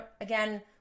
Again